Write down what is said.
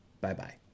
Bye-bye